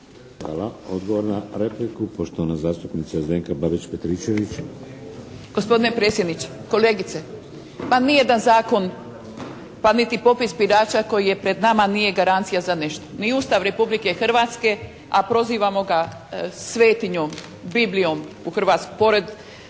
Hvala. Odgovor na repliku, poštovana zastupnica Zdenka Babić-Petričević. **Babić-Petričević, Zdenka (HDZ)** Gospodine predsjedniče. Kolegice, pa nije da Zakon pa niti popis birača koji je pred nama nije garancija za nešto. Ni Ustav Republike Hrvatske, a prozivamo ga svetinjom, biblijom pored